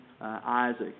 Isaac